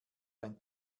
ein